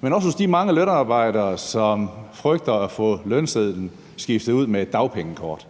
men også hos de mange lønarbejdere, som frygter at få lønsedlen skiftet ud med et dagpengekort.